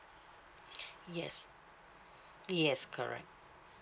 yes yes correct